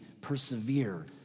persevere